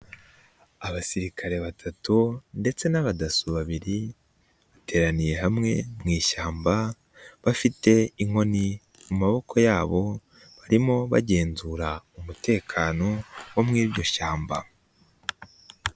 Abasirikare batatu ndetse n'abadaso babiri, bateraniye hamwe mu ishyamba bafite inkoni mu maboko yabo, barimo bagenzura umutekano w'iryo shyamba.